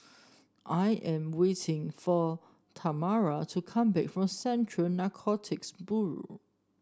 I am waiting for Tamra to come back from Central Narcotics Bureau